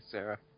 Sarah